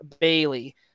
Bailey